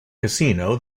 casino